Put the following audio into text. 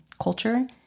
culture